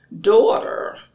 daughter